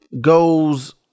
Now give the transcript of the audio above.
goes